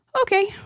Okay